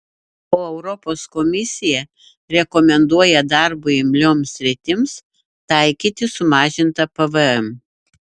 o europos komisija rekomenduoja darbui imlioms sritims taikyti sumažintą pvm